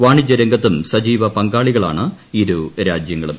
വാണിജ്യ രംഗത്തും സജീവ പങ്കാളികളാണ് ഇരുരാജ്യങ്ങളും